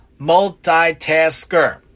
multitasker